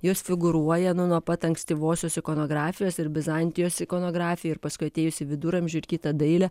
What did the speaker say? jos figūruoja nu nuo pat ankstyvosios ikonografijos ir bizantijos ikonografija ir paskui atėjusi viduramžių ir kita dailė